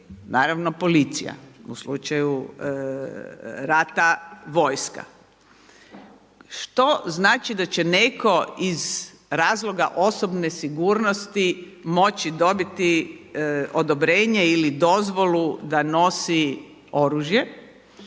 naravno policija, u slučaju rata vojska. Što znači da će netko iz razloga osobne sigurnosti moći dobiti odobrenje ili dozvolu da nosi oružje.